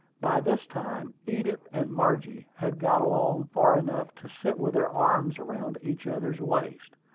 by this time edith and margie had got along far enough to sit with their arms around each other's waists.